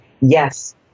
Yes